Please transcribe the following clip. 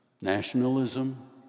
nationalism